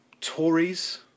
Tories